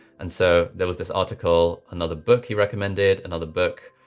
and so there was this article, another book, he recommended another book.